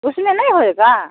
उसमें नहीं होएगा